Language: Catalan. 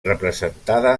representada